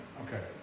Okay